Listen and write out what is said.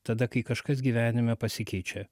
tada kai kažkas gyvenime pasikeičia